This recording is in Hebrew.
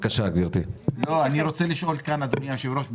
אני רוצה לשאול שאלת המשך.